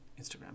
Instagram